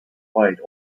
white